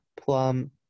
Plum